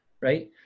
Right